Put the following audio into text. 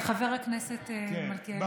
חבר הכנסת מלכיאלי, אנא.